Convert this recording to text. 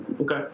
okay